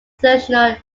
international